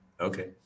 Okay